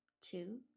Two